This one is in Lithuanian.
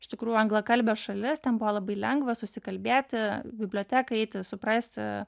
iš tikrųjų anglakalbė šalis ten buvo labai lengva susikalbėti į biblioteką eiti suprasti